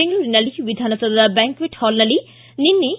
ಬೆಂಗಳೂರಿನಲ್ಲಿ ವಿಧಾನಸೌಧನ ಬ್ಯಾಂಕ್ಷೆಂಟ್ ಹಾಲ್ನಲ್ಲಿ ನಿನ್ನೆ